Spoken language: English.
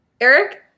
Eric